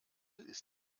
ist